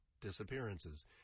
disappearances